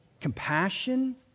compassion